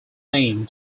name